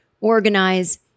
organize